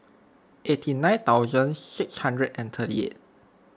eighty nine thousand six hundred and thirty eight